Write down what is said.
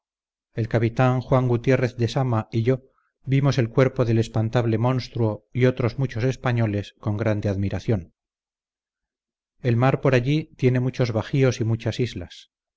el capitán juan gutiérrez de sama y yo vimos el cuerpo del espantable monstruo y otros muchos españoles con grande admiración el mar por allí tiene muchos bajíos y muchas islas